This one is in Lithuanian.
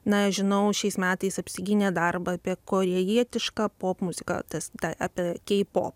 na žinau šiais metais apsigynė darbą apie korėjietišką popmuziką tas ta apie keipo